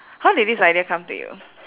how did this idea come to you